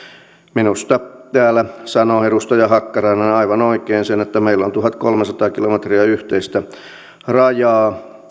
minusta täällä sanoi edustaja hakkarainen aivan oikein sen että meillä on tuhatkolmesataa kilometriä yhteistä rajaa